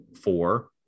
four